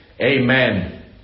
Amen